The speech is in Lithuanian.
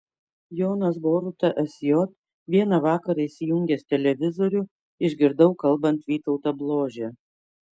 jonas boruta sj vieną vakarą įsijungęs televizorių išgirdau kalbant vytautą bložę